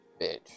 bitch